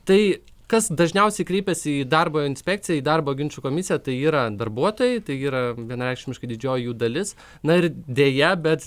tai kas dažniausiai kreipiasi į darbo inspekciją į darbo ginčų komisiją tai yra darbuotojai tai yra vienareikšmiškai didžioji jų dalis na ir deja bet